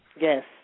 Yes